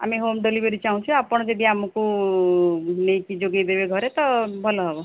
ଆମେ home delivery ଚାହୁଁଛୁ ଆପଣ ଯଦି ଆମକୁ ନେଇକି ଯୋଗେଇଦେବେ ଘରେ ତ ଭଲ ହେବ